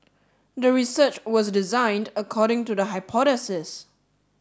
the research was designed according to the hypothesis